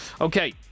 Okay